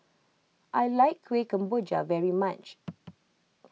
I like Kuih Kemboja very much